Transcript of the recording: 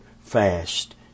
fast